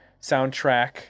soundtrack